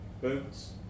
boots